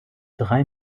drei